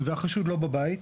והחשוד לא בבית.